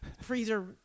freezer